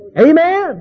Amen